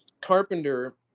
Carpenter